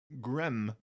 grim